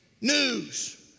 news